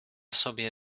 sobie